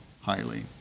highly